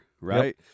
right